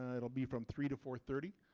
ah it will be from three to four thirty.